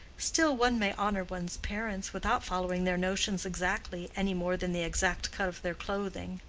still one may honor one's parents, without following their notions exactly, any more than the exact cut of their clothing.